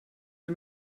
sie